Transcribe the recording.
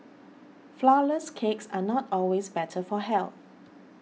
Flourless Cakes are not always better for health